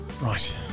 Right